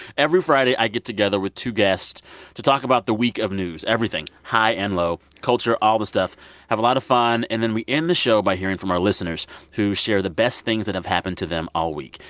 every friday, i get together with two guests to talk about the week of news, everything high and low, culture, all the stuff have a lot of fun. and then we end the show by hearing from our listeners, who share the best things that have happened to them all week.